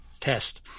test